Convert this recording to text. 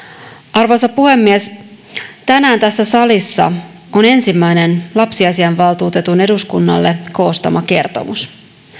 arvoisa puhemies tänään tässä salissa on ensimmäinen lapsiasiainvaltuutetun eduskunnalle koostama kertomus